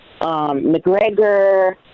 McGregor